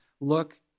look